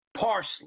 Parsley